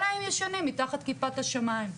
אלא אם ישנים מתחת כיפת השמיים.